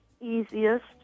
easiest